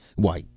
why,